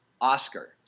oscar